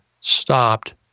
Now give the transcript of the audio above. stopped